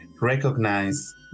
recognize